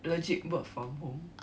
legit work from home